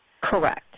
Correct